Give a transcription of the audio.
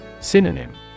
Synonym